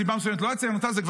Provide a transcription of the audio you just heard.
אבל אתה אל תענה לי בחזרה,